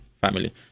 family